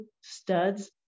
studs